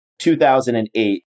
2008